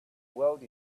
world